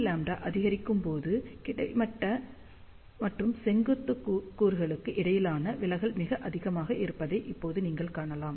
Cλ அதிகரிக்கும்போது கிடைமட்ட மற்றும் செங்குத்து கூறுகளுக்கு இடையிலான விலகல் மிக அதிகமாக இருப்பதை இப்போது நீங்கள் காணலாம்